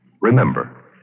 Remember